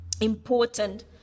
important